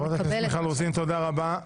חברת הכנסת רוזין, תודה רבה.